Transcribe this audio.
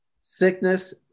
sickness